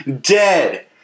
dead